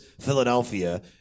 Philadelphia